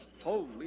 Holy